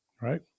right